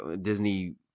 Disney